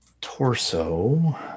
Torso